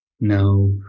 No